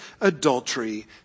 adultery